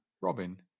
Robin